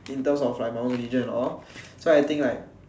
in terms of like my own religion and all so I think like